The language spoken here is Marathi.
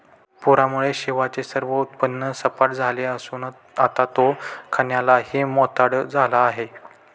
पूरामुळे शिवाचे सर्व उत्पन्न सपाट झाले असून आता तो खाण्यालाही मोताद झाला आहे